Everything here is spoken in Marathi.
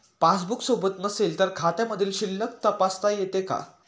पासबूक सोबत नसेल तर खात्यामधील शिल्लक तपासता येते का?